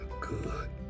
good